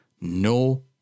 no